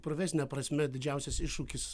profesine prasme didžiausias iššūkis